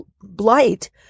blight